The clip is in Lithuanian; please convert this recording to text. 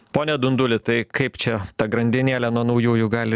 pone dunduli tai kaip čia ta grandinėlė nuo naujųjų gali